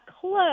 close